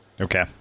Okay